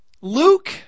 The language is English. Luke